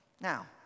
Now